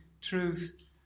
truth